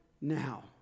now